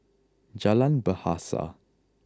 Jalan Bahasa